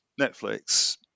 Netflix